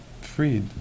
Freed